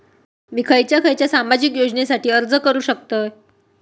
मी खयच्या खयच्या सामाजिक योजनेसाठी अर्ज करू शकतय?